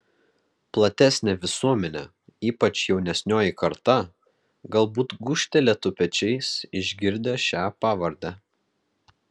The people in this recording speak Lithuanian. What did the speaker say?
platesnė visuomenė ypač jaunesnioji karta galbūt gūžtelėtų pečiais išgirdę šią pavardę